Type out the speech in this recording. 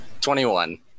21